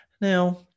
Now